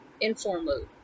Informal